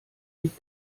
sich